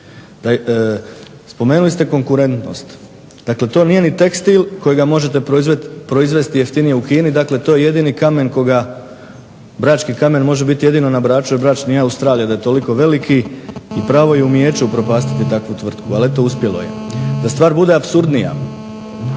Spomenuli ste konkurentnost. Dakle to nije ni tekstil kojega možete proizvesti jeftinije u Kini, dakle to je jedini kamen koga, Brački kamen može biti jedino na Braču, jer Brač nije Australija da je toliko veliki, i pravo je umijeće upropastiti takvu tvrtku. Ali eto uspjelo je. Da stvar bude apsurdnija,